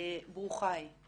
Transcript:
ברוכה היא.